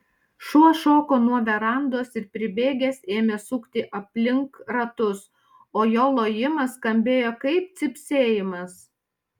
šuo šoko nuo verandos ir pribėgęs ėmė sukti aplink ratus o jo lojimas skambėjo kaip cypsėjimas